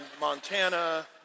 Montana